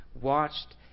watched